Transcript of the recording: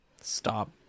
stop